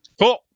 Cool